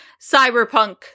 Cyberpunk